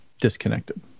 disconnected